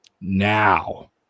Now